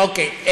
אוקיי.